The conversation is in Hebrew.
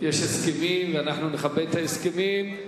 יש הסכמים, ואנחנו נכבד את ההסכמים.